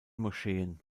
moscheen